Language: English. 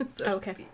Okay